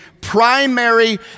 primary